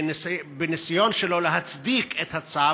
בניסיון שלו להצדיק את הצו,